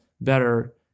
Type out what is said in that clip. better